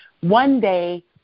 one-day